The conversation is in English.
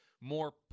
more